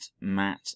Matt